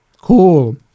Cool